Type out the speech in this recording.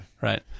Right